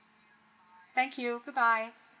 thank you goodbye